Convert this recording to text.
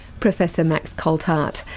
professor max coltheart.